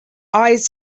eyes